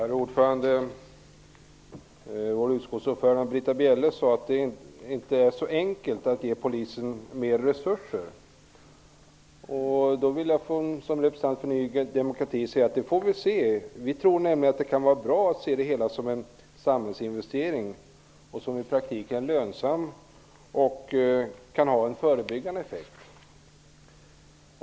Herr talman! Vår utskottsordförande Britta Bjelle sade att det inte är så enkelt att ge Polisen mer resurser. Som representant för Ny demokrati vill jag säga att det får vi se. Vi tror nämligen att det kan vara bra att se det hela som en samhällsinvestering. Det kan i praktiken vara lönsamt, och det kan ha en förebyggande effekt.